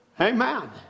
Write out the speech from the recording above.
Amen